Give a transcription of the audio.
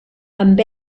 amb